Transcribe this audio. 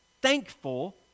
thankful